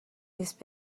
نیست